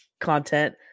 content